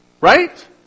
Right